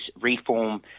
reform